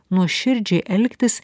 nuoširdžiai elgtis